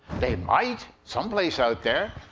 they might, some place out there.